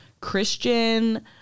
Christian